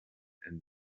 and